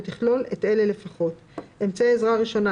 ותכלול את אלה לפחות: אמצעי עזרה ראשונה,